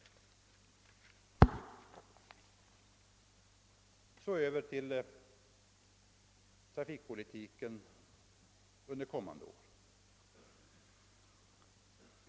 Så över till trafikpolitiken under kommande år!